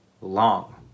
long